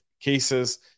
cases